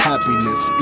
Happiness